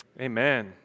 amen